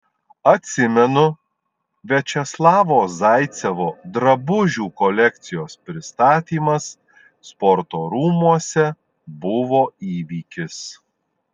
atsimenu viačeslavo zaicevo drabužių kolekcijos pristatymas sporto rūmuose buvo įvykis